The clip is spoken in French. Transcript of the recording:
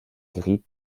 gris